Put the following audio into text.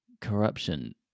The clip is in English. corruption